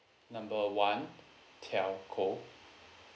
number one telco